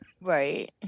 Right